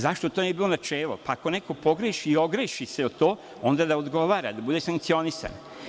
Zašto to ne bi bilo načelo, pa ako neko pogreši i ogreši se o to, onda da odgovara da bude sankcionisan.